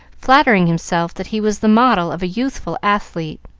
flattering himself that he was the model of a youthful athlete.